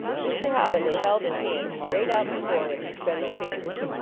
mr. holli day held his hands straight out before him and spread his fingers.